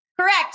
Correct